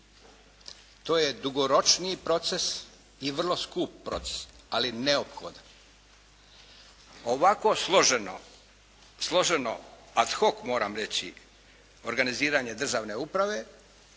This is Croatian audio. To je dugoročniji proces i vrlo skup proces ali je neophodan. Ovako složeno ad hoc moram reći organiziranje državne uprave